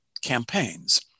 campaigns